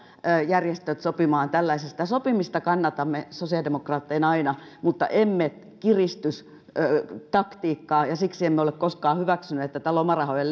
järjestöt sopimaan tällaisesta sopimista kannatamme sosiaalidemokraatteina aina mutta emme kiristystaktiikkaa ja siksi emme ole koskaan hyväksyneet tätä lomarahojen